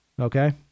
okay